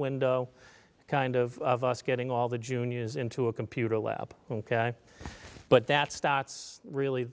window kind of us getting all the juniors into a computer lab but that's that's really